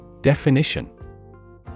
Definition